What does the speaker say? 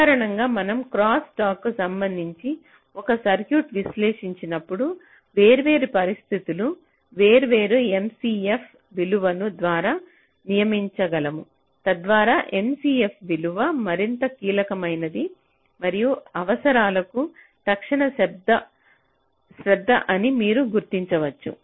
సాధారణంగా మనం క్రాస్స్టాక్కు సంబంధించి ఒక సర్క్యూట్ను విశ్లేషించినప్పుడు వేర్వేరు పరిస్థితులను వేర్వేరు MCF విలువల ద్వారా నియమించగలము తద్వారా MCF విలువ మరింత కీలకమైనదని మరియు అవసరాలకు తక్షణ శ్రద్ధ అని మీరు గుర్తించవచ్చు